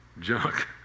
junk